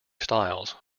styles